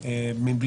הזה,